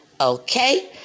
okay